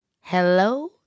Hello